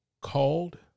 called